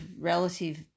relative